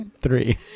three